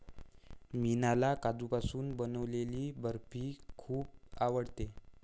मीनाला काजूपासून बनवलेली बर्फी खूप आवडते